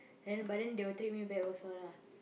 then but then they will treat me back also lah